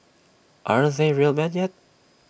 aren't they real men yet